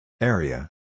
Area